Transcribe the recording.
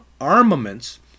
armaments